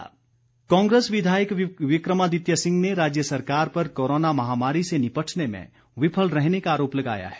विक्रमादित्य सिंह कांग्रेस विधायक विक्रमादित्य सिंह ने राज्य सरकार पर कोरोना महामारी से निपटने में विफल रहने का आरोप लगाया है